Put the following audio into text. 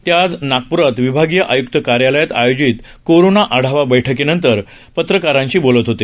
ते आज नागप्रात विभागीय आयुक्त कार्यालयात आयोजित कोरोना आढावा बैठकीनंतर पत्रकारांशी बोलत होते